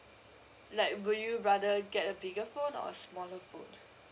like would you rather get a bigger phone or a smaller phone